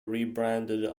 rebranded